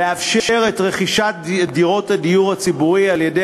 לאפשר את רכישת דירות הדיור הציבורי על-ידי